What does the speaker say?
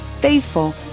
faithful